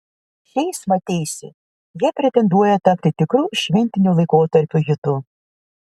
šiais mateisi jie pretenduoja tapti tikru šventinio laikotarpio hitu